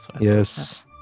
Yes